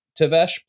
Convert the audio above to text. Tavesh